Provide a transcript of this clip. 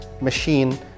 machine